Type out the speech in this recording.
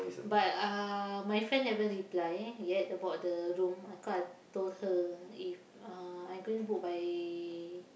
but uh my friend haven't reply yet about the room because I told her if uh I going to book by